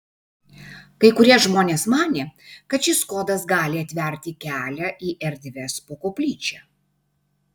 kai kurie žmonės manė kad šis kodas gali atverti kelią į erdves po koplyčia